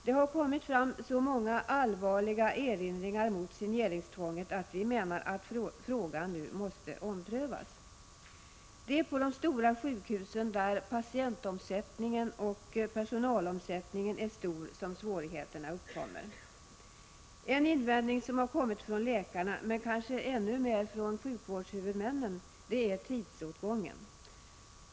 Det har gjorts så många allvarliga erinringar mot signeringstvånget att vi menar att frågan nu måste omprövas. Det är på de stora sjukhusen, där patientomsättningen och personalomsättningen är stor, som svårigheterna uppkommer. En invändning som har kommit från läkarna, men kanske framför allt från sjukvårdshuvudmännen, gäller tidsåtgången.